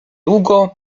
długo